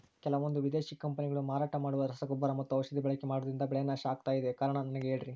ಕೆಲವಂದು ವಿದೇಶಿ ಕಂಪನಿಗಳು ಮಾರಾಟ ಮಾಡುವ ರಸಗೊಬ್ಬರ ಮತ್ತು ಔಷಧಿ ಬಳಕೆ ಮಾಡೋದ್ರಿಂದ ಬೆಳೆ ನಾಶ ಆಗ್ತಾಇದೆ? ಕಾರಣ ನನಗೆ ಹೇಳ್ರಿ?